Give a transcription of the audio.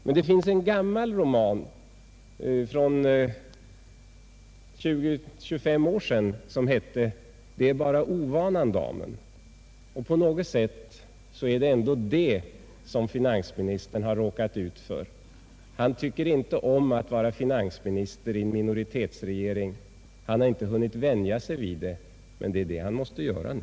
Men det finns en ungefär 25 år gammal roman som heter ”Det är bara ovanan, damen”. På något sätt är det just vad finansministern har råkat ut för. Han tycker inte om att vara finansminister i en minoritetsregering; han har inte hunnit vänja sig vid det. Men det är det han måste göra nu.